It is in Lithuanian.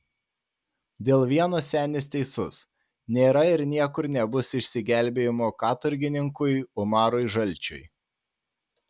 dėl vieno senis teisus nėra ir niekur nebus išsigelbėjimo katorgininkui umarui žalčiui